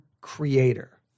creator